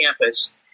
campus